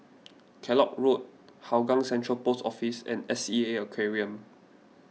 Kellock Road Hougang Central Post Office and S E A Aquarium